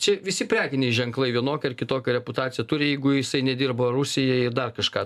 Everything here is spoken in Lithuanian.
čia visi prekiniai ženklai vienokią ar kitokią reputaciją turi jeigu jisai nedirbo rusijai ir dar kažką